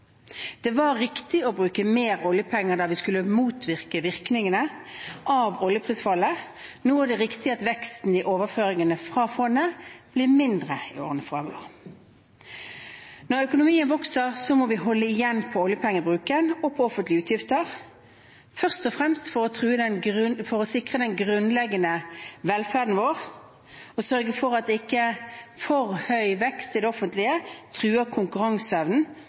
Det var riktig å bruke mer oljepenger da vi skulle motvirke virkningene av oljeprisfallet. Nå er det riktig at veksten i overføringene fra fondet blir mindre i årene fremover. Når økonomien vokser, må vi holde igjen på oljepengebruken og på offentlige utgifter, først og fremst for å sikre den grunnleggende velferden vår og sørge for at ikke for høy vekst i det offentlige truer konkurranseevnen